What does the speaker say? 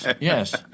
yes